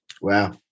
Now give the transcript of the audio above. Wow